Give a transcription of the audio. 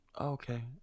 okay